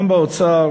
גם באוצר,